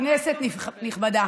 כנסת נכבדה,